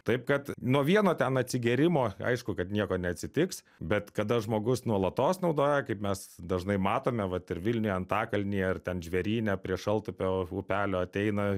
taip kad nuo vieno ten atsigėrimo aišku kad nieko neatsitiks bet kada žmogus nuolatos naudoja kaip mes dažnai matome vat ir vilniuje antakalnyje ar ten žvėryne prie šaltupio upelio ateina